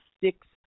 six